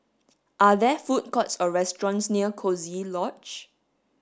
are there food courts or restaurants near Coziee Lodge